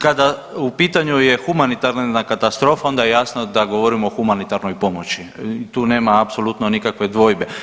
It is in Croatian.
Kada u pitanju je humanitarna katastrofa onda je jasno da govorimo o humanitarnoj pomoći i tu nema apsolutno nikakve dvojbe.